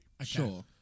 Sure